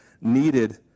needed